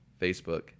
facebook